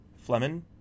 Fleming